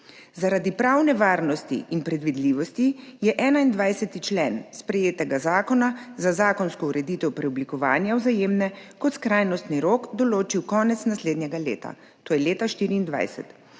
Zaradi pravne varnosti in predvidljivosti je 21. člen sprejetega zakona za zakonsko ureditev preoblikovanja Vzajemne kot skrajnostni rok določil konec naslednjega leta, to je leta 2024.